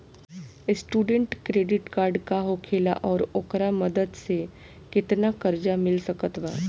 Student credit card का होखेला और ओकरा मदद से केतना कर्जा मिल सकत बा?